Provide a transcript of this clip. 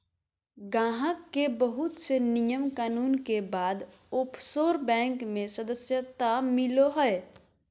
गाहक के बहुत से नियम कानून के बाद ओफशोर बैंक मे सदस्यता मिलो हय